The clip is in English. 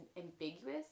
ambiguous